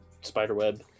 spiderweb